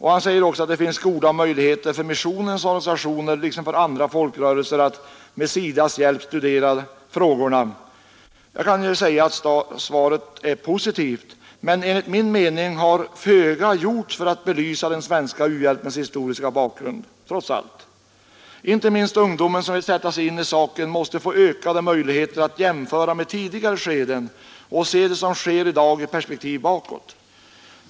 Han sade också att det finns goda möjligheter för missionens organisationer liksom för andra folkrörelser att med SIDA :s hjälp studera dessa frågor. Man kan ju säga att svaret var positivt, men enligt min mening har trots allt föga gjorts för att belysa den svenska u-hjälpens historiska bakgrund. Inte minst den ungdom som vill sätta sig in i saken måste få ökade möjligheter att jämföra med tidigare skeden och se det som sker i dag i perspektiv bakåt.